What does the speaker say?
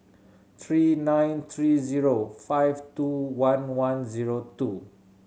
three nine three zero five two one one zero two